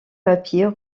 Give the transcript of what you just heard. papier